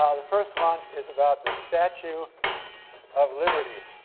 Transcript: um the first one is about the statue of liberty.